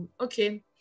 okay